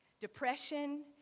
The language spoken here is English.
Depression